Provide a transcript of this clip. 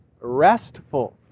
restful